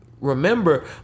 remember